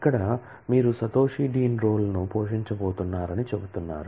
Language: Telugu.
ఇక్కడ మీరు సతోషి డీన్ రోల్ ను పోషించబోతున్నారని చెప్తున్నారు